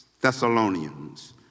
Thessalonians